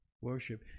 Worship